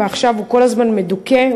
ועכשיו הוא כל הזמן מדוכא,